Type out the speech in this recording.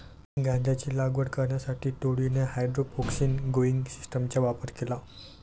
गांजाची लागवड करण्यासाठी टोळीने हायड्रोपोनिक्स ग्रोइंग सिस्टीमचा वापर केला